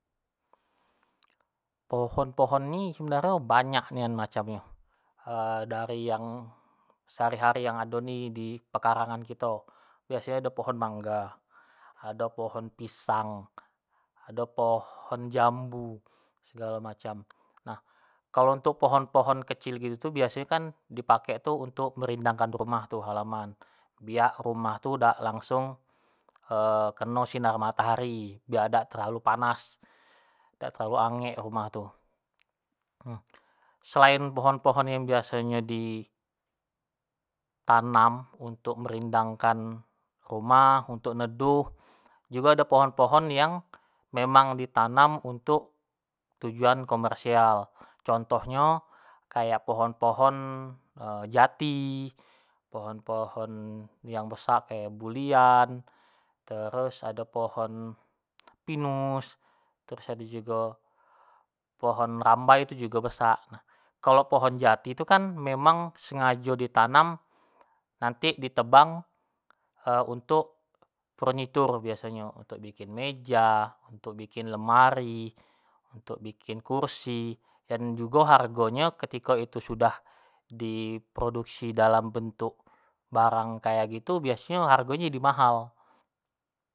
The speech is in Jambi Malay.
pohon-pohon ni sebenarnyo banyak nian macam nyo, dari yang sehari-hari yang ado ni di pekarangan kito, biasonyo ado pohon mangga, ado pohon pisang, ado pohon jambu segalo macam, nah kalo untuk pohon-pohon kecil gitu biasonyo kan di pakek nyo untuk merindangkan rumah tu, halaman, biak rumah tu dak langsung keno sinar matohari, biak dak terlalu panas, dak terlalu angek rumah tu, selain pohon-pohon yang biasonyo di tanam untuk merindangkan rumah. untuk neduh, jugo ado pohon-pohon yang memang di tanam untuk tujuan komersial, contoh nyo kayak pohon-pohon jati, pohon-pohon yang besak kayak bulian, terus ado pohon pinus, terus ado jugo pohon rambai itu jugo besak nah, kalo phon njati tu kan memang sengajo di tanam nanti di tebang untuk furniture biasonyo, untuk bikin meja, untuk bikin lemari, untuk bikin kursi, dan jugo hargo nyo ketiko itu sudah d produksi dalam bentuk barang macam itu biasonyo hargo nyo jadi mahal.